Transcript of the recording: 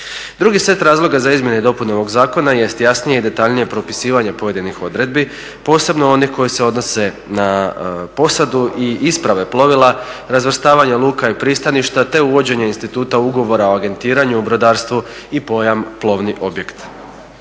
Drugi set razloga za izmjene i dopune ovog zakona jest jasnije i detaljnije propisivanje pojedinih odredbi posebno onih koje se odnose na posadu i isprave plovila, razvrstavanje luka i pristaništa, te uvođenje instituta ugovora o agentiranju u brodarstvu i pojam plovni objekt.